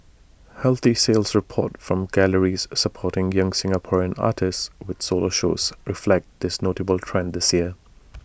healthy sales reports from galleries supporting young Singaporean artists with solo shows reflect this notable trend this year